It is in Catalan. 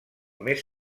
més